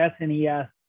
SNES